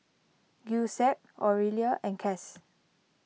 Giuseppe Orelia and Cas